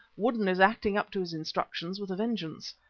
woodden is acting up to his instructions with a vengeance.